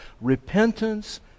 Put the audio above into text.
repentance